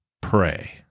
pray